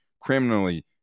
criminally